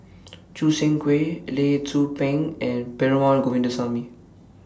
Choo Seng Quee Lee Tzu Pheng and Perumal Govindaswamy